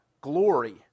glory